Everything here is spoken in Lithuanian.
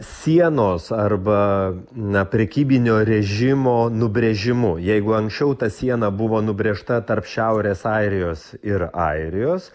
sienos arba na prekybinio režimo nubrėžimu jeigu anksčiau ta siena buvo nubrėžta tarp šiaurės airijos ir airijos